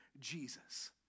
Jesus